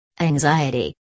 Anxiety